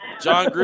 John